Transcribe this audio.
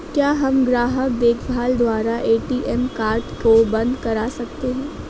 क्या हम ग्राहक देखभाल द्वारा ए.टी.एम कार्ड को बंद करा सकते हैं?